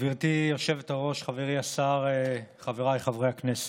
גברתי היושבת-ראש, חברי השר, חבריי חברי הכנסת,